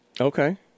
okay